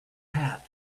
hat